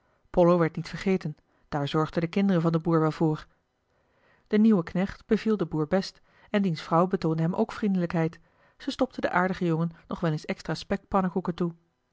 pollo werd niet vergeten daar zorgden de kinderen van den boer wel voor de nieuwe knecht beviel den boer best en diens vrouw betoonde hem ook vriendelijkheid ze stopte den aardigen jongen nog wel eens extra spekpannekoeken toe